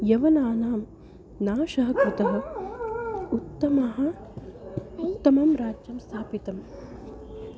यवनानां नाशः कृतः उत्तमः उत्तमं राज्यं स्थापितम्